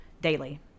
daily